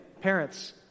parents